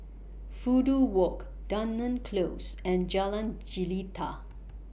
Fudu Walk Dunearn Close and Jalan Jelita